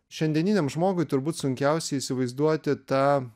šiandieniniam žmogui turbūt sunkiausia įsivaizduoti tą